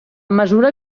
mesura